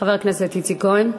חבר הכנסת איציק כהן,